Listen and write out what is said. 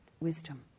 wisdom